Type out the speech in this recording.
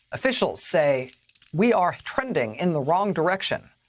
officials say we are trending in the wrong direction.